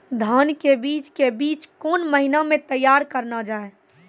धान के बीज के बीच कौन महीना मैं तैयार करना जाए?